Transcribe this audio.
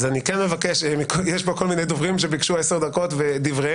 יש פה כל מיני דוברים שביקשו 10 דקות ודבריהם,